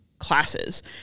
classes